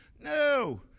no